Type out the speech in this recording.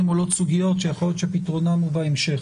עולות סוגיות שיכול להיות שפתרונן יהיה בהמשך.